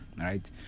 right